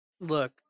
look